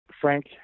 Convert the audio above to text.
Frank